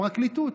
הפרקליטות.